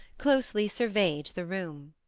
closely surveyed the room.